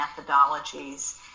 methodologies